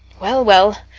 well, well,